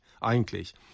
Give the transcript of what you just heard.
Eigentlich